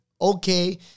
okay